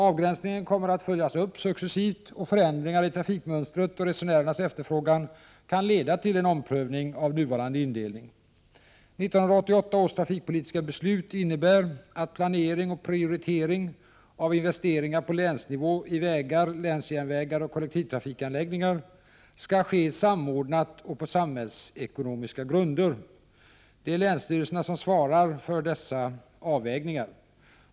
Avgränsningen kommer att följas upp successivt, och förändringar i trafikmönstret och resenärernas efterfrågan kan leda till en omprövning av nuvarande indelning. 1988 års trafikpolitiska beslut innebär att planering och prioritering av investeringar på länsnivå i vägar, länsjärnvägar och kollektivtrafikanläggningar skall ske samordnat och på samhällsekonomiska grunder. Det är länsstyrelserna som svarar för dessa avvägningar.